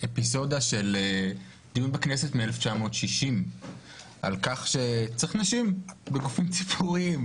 באפיזודה של דיון בכנסת מ- 1960 על כך שצריך נשים בגופים ציבוריים.